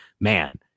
man